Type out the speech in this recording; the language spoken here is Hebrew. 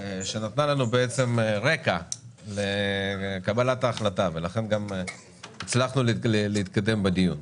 שנתנה לנו בעצם רקע לקבלת ההחלטה ולכן גם הצלחנו להתקדם בדיון,